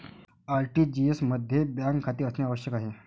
RTGS मध्ये bank खाते असणे आवश्यक आहे